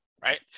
right